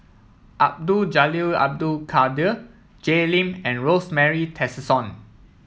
Abdul Jalil Abdul Kadir Jay Lim and Rosemary Tessensohn